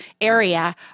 area